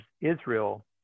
Israel